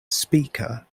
speaker